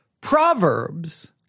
Proverbs